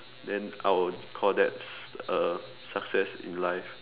then I'll call that uh success in life